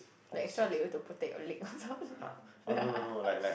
like extra layer to protect your leg or something ya